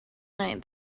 night